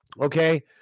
Okay